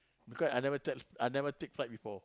because I never I never take flight before